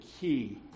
key